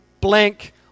blank